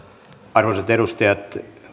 arvoisat edustajat